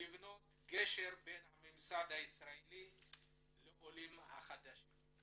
לבנות גשר בין הממסד הישראלי לעולים החדשים.